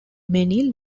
many